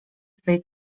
swej